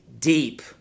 deep